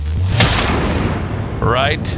Right